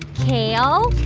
kale